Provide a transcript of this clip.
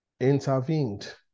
intervened